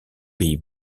pays